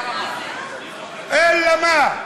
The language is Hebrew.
אלא מה?